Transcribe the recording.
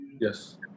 Yes